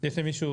יש למישהו